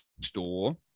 store